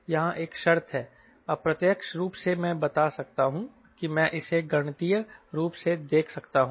यहाँ एक शर्त है अप्रत्यक्ष रूप से मैं बता सकता हूँ कि मैं इसे गणितीय रूप से देख सकता हूँ